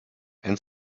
and